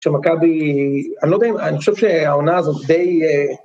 שמכבי... אני לא יודע ... אני חושב שהעונה הזאת היא די...